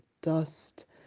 dust